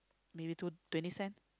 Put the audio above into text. maybe two twenty cent